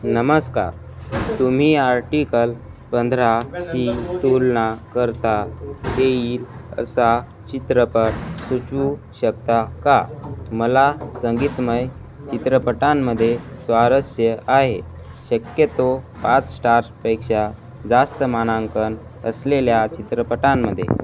नमस्कार तुम्ही आर्टिकल पंधराशी तुलना करता येईल असा चित्रपट सुचवू शकता का मला संगीतमय चित्रपटांमध्ये स्वारस्य आहे शक्यतो पाच स्टार्सपेक्षा जास्त मानांकन असलेल्या चित्रपटांमध्ये